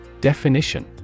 Definition